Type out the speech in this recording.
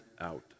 out